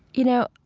you know,